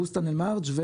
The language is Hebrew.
אל-קסום ובוסתאן אל מרג'.